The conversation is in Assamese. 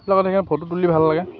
এইবিলাকত সেইকাৰণে ফটো তুলি ভাল লাগে